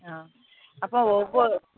ஆ அப்போ ஒவ்வொரு